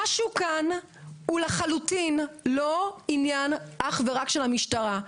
מה שיש כאן זה עניין שהוא לחלוטין לא אך ורק של המשטרה,